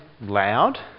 loud